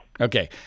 Okay